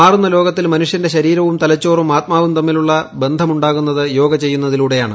മാറുന്ന ലോകത്തിൽ മനുഷ്യന്റെ ശരീരവും തലച്ചോറും ആത്മാവും തമ്മിലുള്ള ബന്ധമുണ്ടാകുന്നത് യോഗ ചെയ്യുന്നതിലൂടെയാണ്